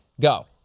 go